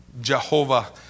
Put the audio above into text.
Jehovah